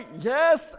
Yes